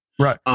Right